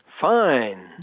Fine